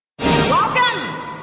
Welcome